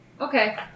Okay